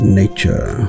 nature